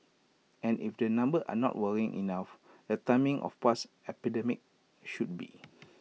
and if the numbers are not worrying enough the timing of past epidemics should be